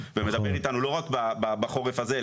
ומדברים איתנו לא רק בחורף הזה,